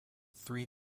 three